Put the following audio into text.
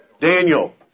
Daniel